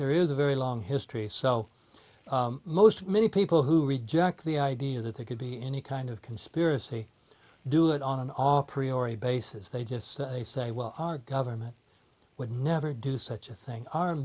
there is a very long history so most many people who reject the idea that there could be any kind of conspiracy do it on an all priori basis they just say say well our government would never do such a thing our